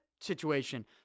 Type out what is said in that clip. situation